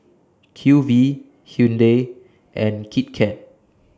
Q V Hyundai and Kit Kat